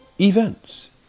events